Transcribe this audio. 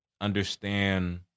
understand